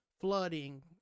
flooding